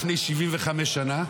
לפני 75 שנה,